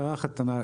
הערה אחת קטנה.